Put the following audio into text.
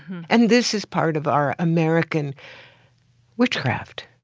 and this is part of our american witchcraft